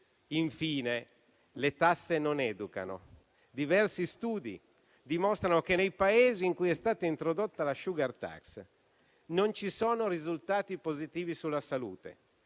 Infine, le tasse non educano. Diversi studi dimostrano che nei Paesi in cui è stata introdotta la *sugar tax* non ci sono risultati positivi sulla salute.